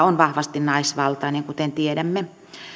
on vahvasti naisvaltainen kuten tiedämme